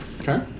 Okay